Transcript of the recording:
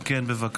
אם כן, בבקשה.